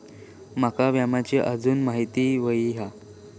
माका विम्याची आजून माहिती व्हयी हा?